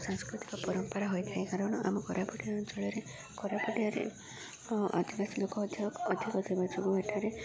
ସାଂସ୍କୃତିକ ପରମ୍ପରା ହୋଇଥାଏ କାରଣ ଆମ କୋରାପୁଟ ଅଞ୍ଚଳରେ କୋରାପୁଟିଆରେ ଅଦିବାସୀ ଲୋକ ଅଧିକ ଦେବା ଯୋଗୁଁ ଏଠାରେ